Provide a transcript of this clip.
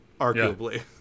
arguably